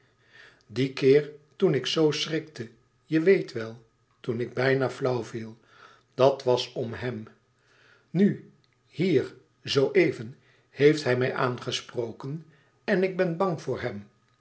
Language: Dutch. dien keer toen ik zoo schrikte je weet wel toen ik bijna flauw viel dat was om hem nu hier zoo even heeft hij mij aangesproken en ik ben bang voor hem